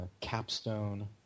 capstone